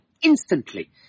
instantly